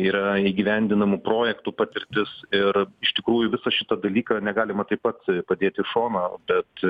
yra įgyvendinamų projektų patirtis ir iš tikrųjų visą šitą dalyką negalima taip pat padėt į šoną bet